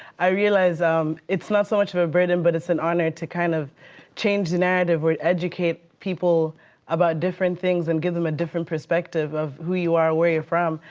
i realize um it's not so much of a burden but it's an honor to kind of change the narrative or educate people about different things and give them a different perspective of who you are, where you're from.